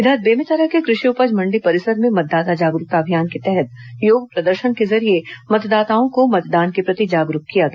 इधर बेमेतरा के कृषि उपज मण्डी परिसर में मतदाता जागरूकता अभियान के तहत योग प्रदर्शन के जरिये मतदाताओं को मतदान के प्रति जागरूक किया गया